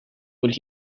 what